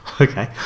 Okay